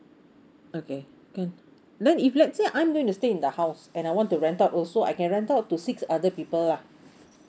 okay can then if let's say I'm going to stay in the house and I want to rent out also I can rent out to six other people lah